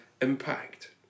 impact